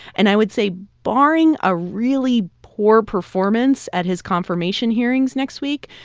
and i would say, barring a really poor performance at his confirmation hearings next week,